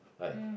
right